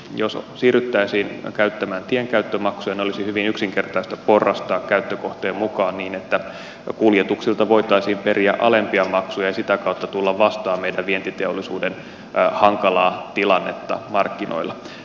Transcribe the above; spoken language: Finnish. jos siirryttäisiin käyttämään tienkäyttömaksuja ne olisi hyvin yksinkertaista porrastaa käyttökohteen mukaan niin että kuljetuksilta voitaisiin periä alempia maksuja ja sitä kautta tulla vastaan meidän vientiteollisuuden hankalaa tilannetta markkinoilla